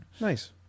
nice